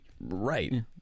Right